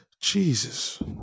Jesus